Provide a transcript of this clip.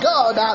God